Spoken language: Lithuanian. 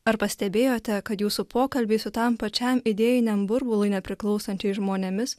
ar pastebėjote kad jūsų pokalbiai su tam pačiam idėjiniam burbului nepriklausančiais žmonėmis